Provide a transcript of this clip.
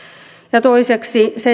ja toiseksi